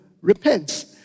repents